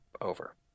over